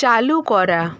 চালু করা